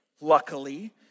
luckily